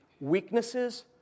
weaknesses